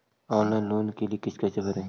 Online loan के किस्त कैसे भरे?